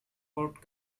fort